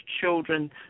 children